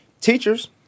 teachers